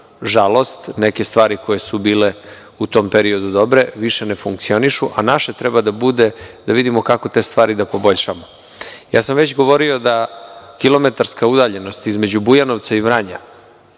žalost neke stvari koje su bile u tom periodu dobre više ne funkcionišu, a naše treba da bude da vidimo kako te stvari da poboljšamo. Već sam govorio da kilometarska udaljenost između Bujanovca i Vranja